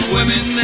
Women